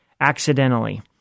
accidentally